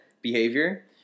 behavior